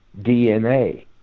DNA